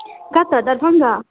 कतऽ दरभङ्गा